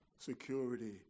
security